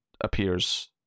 appears